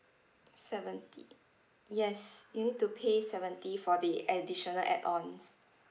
seventy yes you need to pay seventy for the additional add-ons